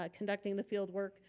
ah conducting the field work,